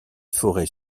forêts